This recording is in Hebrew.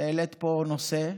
העלית פה נושא,